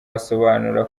asobanura